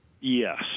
Yes